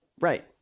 Right